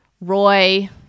Roy